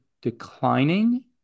declining